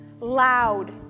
loud